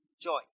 Joy